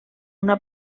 una